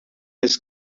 his